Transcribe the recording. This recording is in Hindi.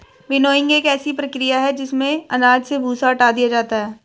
विनोइंग एक ऐसी प्रक्रिया है जिसमें अनाज से भूसा हटा दिया जाता है